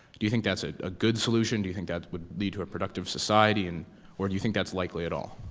do you think that's ah a good solution? do you think that would lead to a productive society, and or do you think that's likely at all?